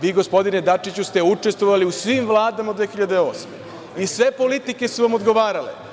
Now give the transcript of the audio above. Vi, gospodine Dačiću, ste učestvovali u svim vladama od 2008. godine, i sve politike su vam odgovarale.